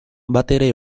batere